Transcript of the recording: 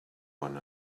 one